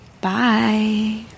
Bye